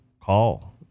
call